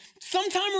sometime